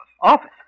Office